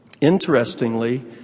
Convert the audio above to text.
Interestingly